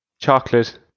chocolate